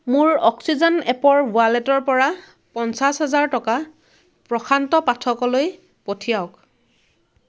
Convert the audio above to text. মোৰ অ'ক্সিজেন এপৰ ৱালেটৰ পৰা পঞ্চাছ হাজাৰ টকা প্ৰশান্ত পাঠকলৈ পঠিয়াওক